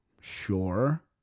Sure